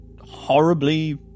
horribly